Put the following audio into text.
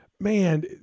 man